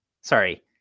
sorry